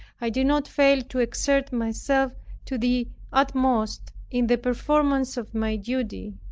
i did not fail to exert myself to the utmost in the performance of my duty.